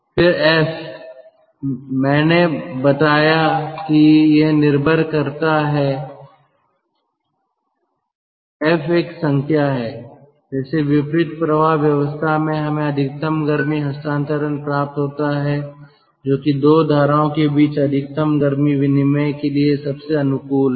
फिर एफ मैंने बताया कि यह निर्भर करता है F एक संख्या है जैसे विपरीत प्रवाह व्यवस्था में हमें अधिकतम गर्मी हस्तांतरण प्राप्त होता है जो कि 2 धाराओं के बीच अधिकतम गर्मी विनिमय के लिए सबसे अनुकूल है